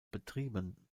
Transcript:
betrieben